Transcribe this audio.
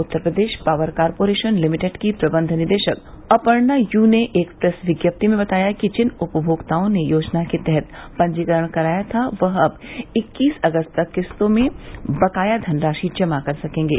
उत्तर Pradesh power corporation limited की प्रबंध निदेशक अपर्णा यू ने एक प्रेस विज्ञप्ति में बताया है कि जिन उपनोक्ताओं ने योजना के तहत पंजीकरण कराया था वह अब इक्तीस अगस्त तक किस्तों में बकाया धनराशि जमा कर सकेंगे